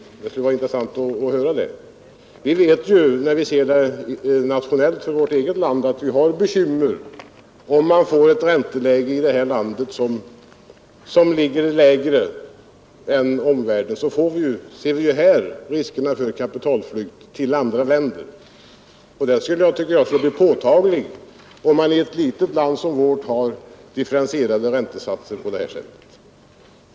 Det skulle vara intressant att höra det. När vi ser saken nationellt vet vi ju att vi får bekymmer, om vi har ett ränteläge i vårt eget land som ligger lägre än omvärldens. Då uppstår det risker för kapitalflykt till andra länder. Jag tror att de skulle bli påtagliga, om man i ett litet land som vårt hade differentierade räntesatser.